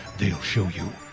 they'll show you.